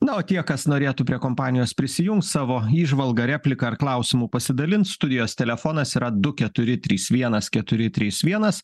na o tie kas norėtų prie kompanijos prisijungs savo įžvalga replika ar klausimu pasidalint studijos telefonas yra du keturi trys vienas keturi trys vienas